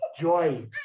joy